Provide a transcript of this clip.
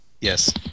Yes